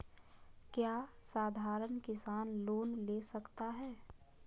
क्या साधरण किसान लोन ले सकता है?